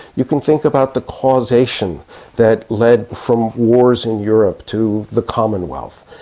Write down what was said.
you can think about the causation that led from wars in europe to the commonwealth.